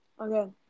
Okay